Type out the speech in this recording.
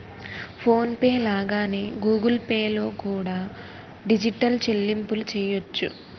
phone pay లాగానే Google pay లో కూడా డిజిటల్ చెల్లింపులు చెయ్యొచ్చు